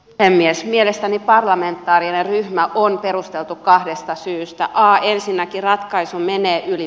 pelimies mielestäni parlamentaarinen ryhmä on perusteltu kahdesta syystä ensinnäkin ratkaisu menee yli